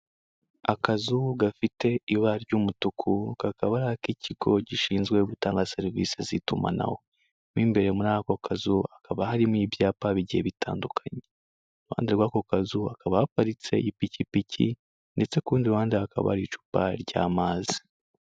Akazu gafite ibara ry'umutuku kakaba ari ak'ikigo gishinzwe gutanga serivise z'itumanaho, mo imbere muri ako kazu hakaba harimo ibyapa bigiye bitandukanye, ku ruhande rw'ako kazu hakaba haparitse ipikipiki ndetse ku rundi ruhande hakaba hari icupa ry'amazi.